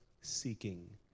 seeking